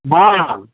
हाँ